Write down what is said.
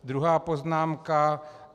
Druhá poznámka.